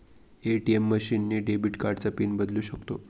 ATM machine ने debit कार्डचा PIN बदलू शकतो